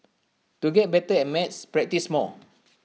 to get better at maths practise more